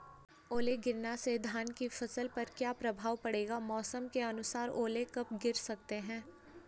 ओले गिरना से धान की फसल पर क्या प्रभाव पड़ेगा मौसम के अनुसार ओले कब गिर सकते हैं?